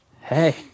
Hey